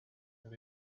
that